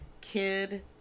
kid